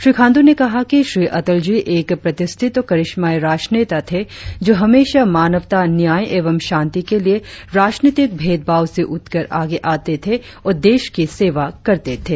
श्री खाण्डू ने कहा कि श्री अटल जी एक प्रतिष्ठित और करिशमाई राजनेता थे जो हमेशा मानवता न्याय एवं शांति के लिए राजनीतिक भेदभाव से उठकर आगे आते थे और देश की सेवा करते थे